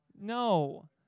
No